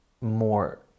more